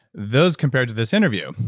those compared to this interview,